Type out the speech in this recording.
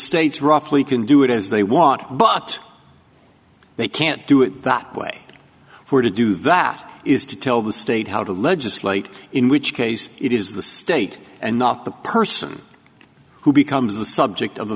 states roughly can do it as they want but they can't do it that way for to do that is to tell the state how to legislate in which case it is the state and not the person who becomes the subject of